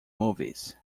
movies